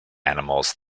animals